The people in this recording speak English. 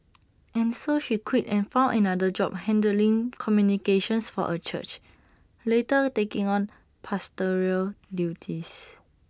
and so she quit and found another job handling communications for A church later taking on pastoral duties